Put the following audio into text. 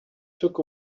took